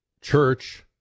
church